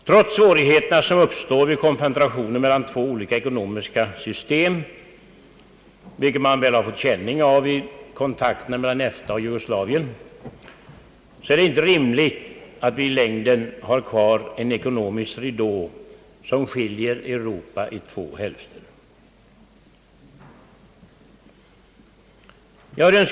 Trots de svårigheter som uppstår vid konfrontationen mellan två olika ekonomiska system, vilket man fått känning av i kontakterna mellan EFTA och Jugoslavien, är det inte rimligt att vi i längden har kvar en ekonomisk ridå som skiljer Europa i två hälfter. Herr talman!